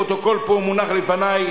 הפרוטוקול פה מונח לפני,